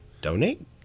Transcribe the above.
Donate